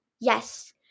Yes